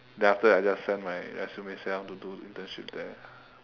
then after that I just send my resume say I want to do internship there